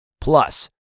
plus